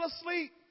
asleep